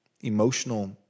emotional